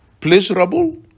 pleasurable